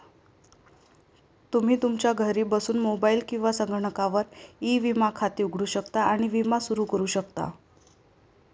तुम्ही तुमच्या घरी बसून मोबाईल किंवा संगणकावर ई विमा खाते उघडू शकता आणि विमा सुरू करू शकता